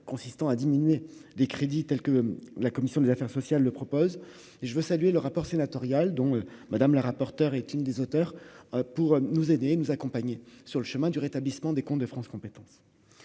consistant à diminuer des crédits, tels que la commission des affaires sociales, le propose et je veux saluer le rapport sénatorial dont Madame la rapporteure, est une des auteurs pour nous aider, nous accompagner sur le chemin du rétablissement des comptes de France compétences